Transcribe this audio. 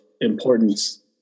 importance